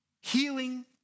healing